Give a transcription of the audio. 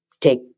Take